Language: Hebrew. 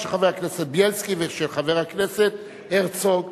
של חבר הכנסת בילסקי ושל חבר הכנסת הרצוג,